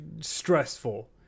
stressful